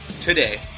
today